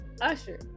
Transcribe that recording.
Usher